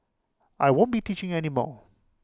I won't be teaching any more